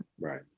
Right